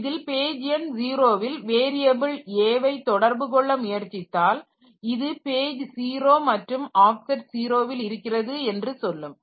இதில் பேஜ் எண் 0 ல் வேரியபில் a வை தொடர்பு கொள்ள முயற்சித்தால் இது பேஜ் 0 மற்றும் ஆப்செட் 0 வில் இருக்கிறது என்று சொல்லும்